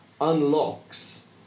unlocks